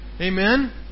Amen